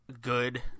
good